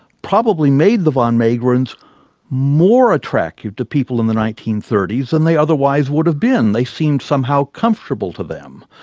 probably made the van meegerens more attractive to people in the nineteen thirty s than they otherwise would have been, they seem somehow comfortable to them.